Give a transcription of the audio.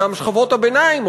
גם שכבות הביניים.